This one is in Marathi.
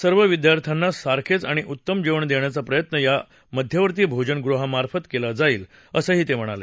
सर्व विद्यार्थ्यांना सारखेच आणि उत्तम जेवण देण्याचा प्रयत्न या मध्यवर्ती भोजनगृहामार्फत केला जाईल असं ते म्हणाले